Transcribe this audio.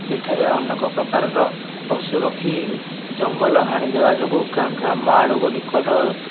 ଏଠାରେ ଅନେକ ପ୍ରକାର ର ପଶୁପକ୍ଷୀ ଜଙ୍ଗଲ ହାଣିଦେବା ଯୋଗୁଁ ଗ୍ରାମ ଆଡ଼କୁ ନିକଟ